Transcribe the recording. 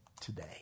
today